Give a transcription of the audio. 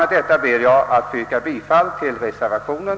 Med det anförda ber jag att få yrka bifall till reservationen.